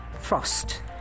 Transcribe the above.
Frost